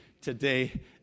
today